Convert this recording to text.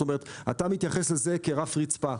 זאת אומרת, אתה מתייחס לזה כרף רצפה.